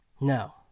no